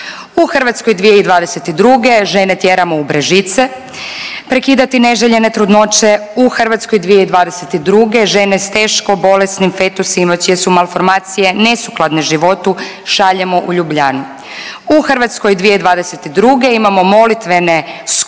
U Hrvatskoj 2022. žene tjeramo u Brežice prekidati neželjene trudnoće. U Hrvatskoj 2022. žene s teško bolesnim fetusima čije su malformacije nesukladne životu šaljemo u Ljubljanu. U Hrvatskoj 2022. imamo molitvene skupove